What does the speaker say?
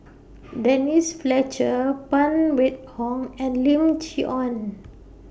Denise Fletcher Phan Wait Hong and Lim Chee Onn